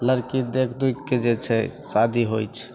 लड़की देखि दुखिके जे छै शादी होइ छै